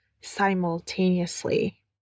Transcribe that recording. simultaneously